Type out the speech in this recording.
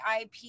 IP